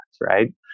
right